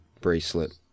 bracelet